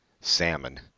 salmon